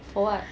for what